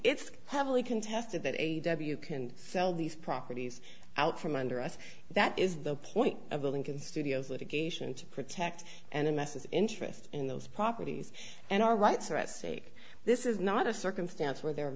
it's heavily contested that a w can sell these properties out from under us that is the point of the lincoln studios litigation to protect and in essence interest in those properties and our rights are at stake this is not a circumstance where the